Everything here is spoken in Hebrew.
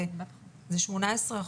זה 18%,